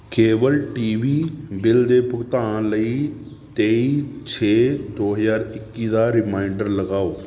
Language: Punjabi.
ਕੇਬਲ ਟੀਵੀ ਬਿੱਲ ਦੇ ਭੁਗਤਾਨ ਲਈ ਤੇਈ ਛੇ ਦੋ ਹਜ਼ਾਰ ਇੱਕੀ ਦਾ ਰੀਮਾਇਂਡਰ ਲਗਾਓ